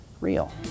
real